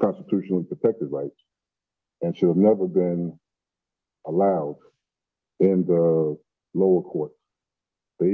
constitutionally protected rights and should never been allowed in the lower court they